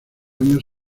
años